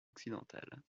occidentales